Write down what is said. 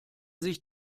sich